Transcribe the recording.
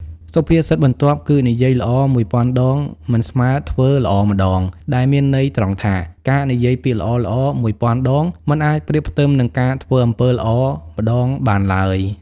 សុភាសិតបន្ទាប់គឺ និយាយល្អមួយពាន់ដង មិនស្មើធ្វើល្អម្តង ដែលមានន័យត្រង់ថា ការនិយាយពាក្យល្អៗមួយពាន់ដង មិនអាចប្រៀបផ្ទឹមនឹងការធ្វើអំពើល្អម្តងបានឡើយ។